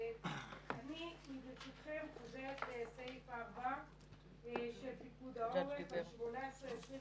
אני ברשותכם חוזרת לסעיף 4 של פיקוד העורף על 18 24